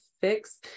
fix